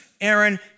Aaron